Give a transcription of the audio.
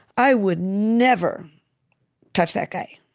i would never touch that guy.